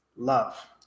love